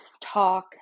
talk